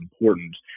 important